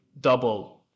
double